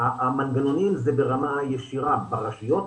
המנגנונים זה ברמה ישירה ברשויות,